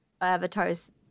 Avatar's